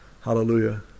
Hallelujah